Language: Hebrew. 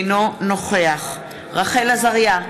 אינו נוכח רחל עזריה,